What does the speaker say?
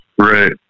Right